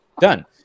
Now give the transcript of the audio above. done